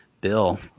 bill